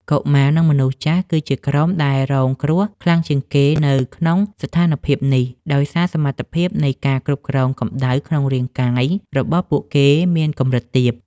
កុមារ និងមនុស្សចាស់ គឺជាក្រុមដែលរងគ្រោះខ្លាំងជាងគេនៅក្នុងស្ថានភាពនេះ ដោយសារសមត្ថភាពនៃការគ្រប់គ្រងកម្ដៅក្នុងរាងកាយរបស់ពួកគេមានកម្រិតទាប។